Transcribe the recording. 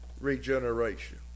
regeneration